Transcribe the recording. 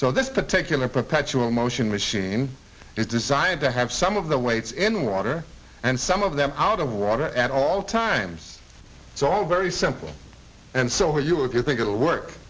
so this particular perpetual motion machine is designed to have some of the weights in water and some of them out of water at all times it's all very simple and so are you if you think it'll work